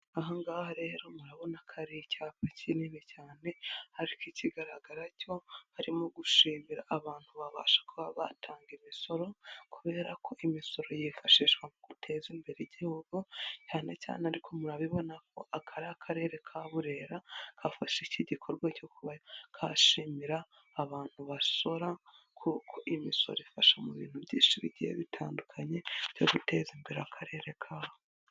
Aha ngaha rero murabona ko ari icyapa kinini cyane ariko ikigaragara cyo barimo gushimira abantu babasha kuba batanga imisoro kubera ko imisoro yifashishwa mu guteza imbere igihugu, cyane cyane ariko murabibona ko aka ari akarere ka Burera kafashe iki gikorwa cyo kuba kashimira abantu basora kuko imisoro ifasha mu bintu byinshi bigiye bitandukanye byo guteza imbere akarere kaho.